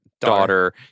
daughter